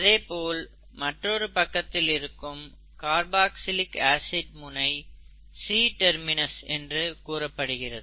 அதேபோல் மற்றொரு பக்கத்தில் இருக்கும் கார்பாக்சிலிக் ஆசிட் முனை C டெர்மினஸ் என்று கூறப்படுகிறது